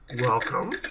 welcome